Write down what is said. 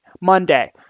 Monday